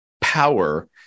power